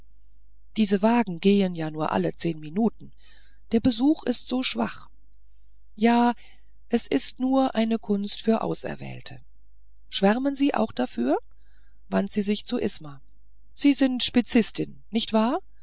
diese wagen gehen ja nur alle zehn minuten der besuch ist so schwach ja es ist nur eine kunst für auserwählte sie schwärmen auch dafür wandte sie sich zu isma sie sind spitzistin nicht wahr